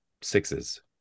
sixes